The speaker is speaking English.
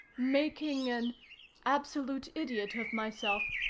making an absolute idiot of myself.